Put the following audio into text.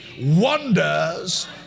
wonders